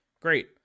Great